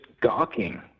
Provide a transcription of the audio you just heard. gawking